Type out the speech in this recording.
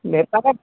ବେପାର